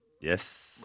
Yes